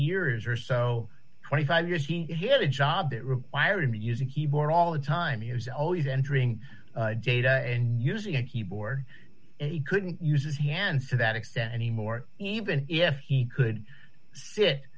years or so twenty five years he had a job that required him to use a keyboard all the time years old entering data and using a keyboard and he couldn't use his hands to that extent anymore even if he could sit